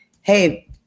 hey